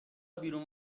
بیرون